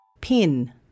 Pin